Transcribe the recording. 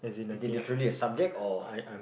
is it literally a subject or